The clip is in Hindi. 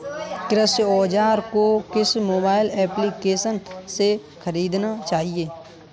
कृषि औज़ार को किस मोबाइल एप्पलीकेशन से ख़रीदना चाहिए?